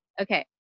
Okay